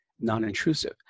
non-intrusive